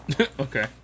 Okay